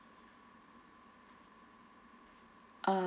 uh